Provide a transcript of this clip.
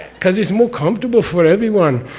cuz it's more comfortable for everyone.